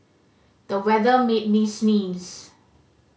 the weather made me sneeze